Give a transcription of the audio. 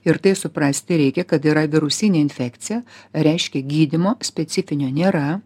ir tai suprasti reikia kad yra virusinė infekcija reiškia gydymo specifinio nėra